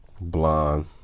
blonde